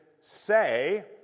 say